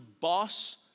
boss